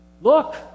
Look